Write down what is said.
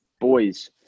boys